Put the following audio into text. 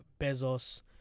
Bezos